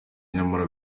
nyamara